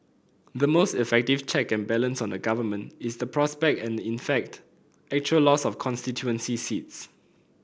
the most effective check and balance on the Government is the prospect and in fact actual loss of constituency seats